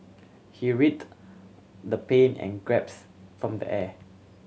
he writhe the pain and graps form the air